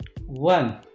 One